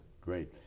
Great